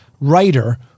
writer